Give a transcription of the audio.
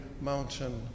mountain